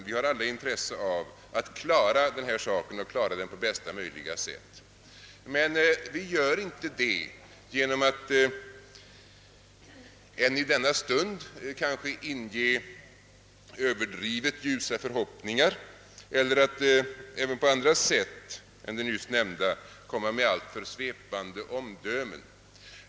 Vi har alla intresse av att klara denna sak och klara den på bästa möjliga sätt. Men vi gör inte det genom att än i denna stund kanske inge överdrivet ljusa förhoppningar eller att även på andra sätt än det nyss nämnda komma med alltför svepande omdömen.